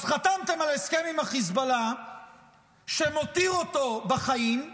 אז חתמתם על הסכם עם החיזבאללה שמותיר אותו בחיים,